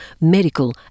medical